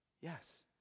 Yes